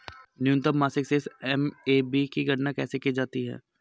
न्यूनतम मासिक शेष एम.ए.बी की गणना कैसे की जाती है?